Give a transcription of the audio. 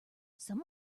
some